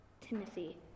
Timothy